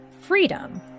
freedom